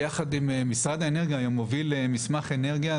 ביחד עם משרד האנרגיה אני גם מוביל מסמך אנרגיה.